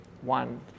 one